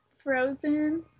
Frozen